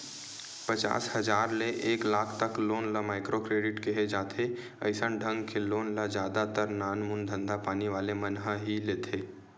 पचास हजार ले एक लाख तक लोन ल माइक्रो क्रेडिट केहे जाथे अइसन ढंग के लोन ल जादा तर नानमून धंधापानी वाले मन ह ही लेथे